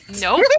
Nope